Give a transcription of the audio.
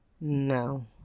No